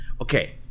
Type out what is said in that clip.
Okay